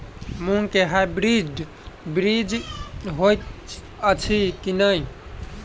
मूँग केँ हाइब्रिड बीज हएत अछि की नै?